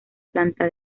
planta